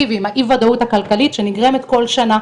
ועם האי ודאות הכלכלית שנגרמת כל שנה,